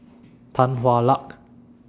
Tan Hwa Luck